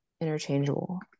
interchangeable